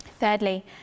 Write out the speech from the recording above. Thirdly